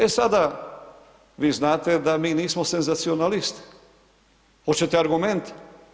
E sada, vi znate da mi nismo senzacionalisti, hoćete argumente?